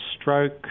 stroke